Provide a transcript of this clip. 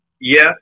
Yes